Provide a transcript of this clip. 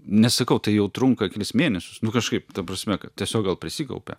nesakau tai jau trunka kelis mėnesius nu kažkaip ta prasme kad tiesiog gal prisikaupė